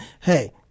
hey